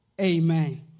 Amen